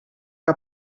que